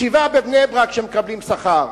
שבעה בבני-ברק שמקבלים שכר,